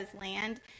land